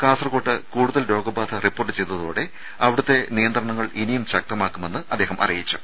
കാസർകോട്ട് കൂടുതൽ രോഗബാധ റിപ്പോർട്ട് ചെയ്തതോടെ അവിടുത്തെ നിയന്ത്രണങ്ങൾ ഇനിയും ശക്തമാക്കുമെന്ന് അദ്ദേഹം അറിയിച്ചു